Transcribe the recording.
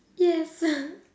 yes